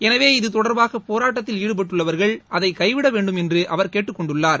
எனவே இத்தொடர்பாக போராட்டத்தில் ஈடுபட்டுள்ளவர்கள் அதை கைவிட வேண்டும் என்று அவர் கேட்டுக் கொண்டுள்ளார்